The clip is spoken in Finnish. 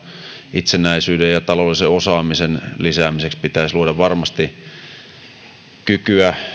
itsenäisyyden ja taloudellisen osaamisen lisäämiseksi pitäisi varmasti luoda kykyä